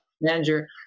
manager